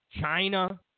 China